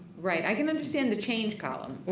right. i can understand the change column.